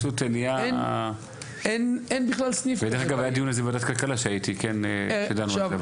היה דיון על זה בוועדת כלכלה שהייתי, שדנו על זה.